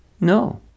No